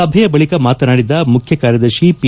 ಸಭೆಯ ಬಳಿಕ ಮಾತನಾಡಿದ ಮುಖ್ಯ ಕಾರ್ಯದರ್ತಿ ಪಿ